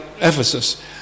Ephesus